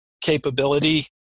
capability